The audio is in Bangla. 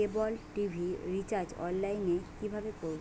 কেবল টি.ভি রিচার্জ অনলাইন এ কিভাবে করব?